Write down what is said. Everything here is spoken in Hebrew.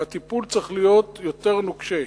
והטיפול צריך להיות יותר נוקשה.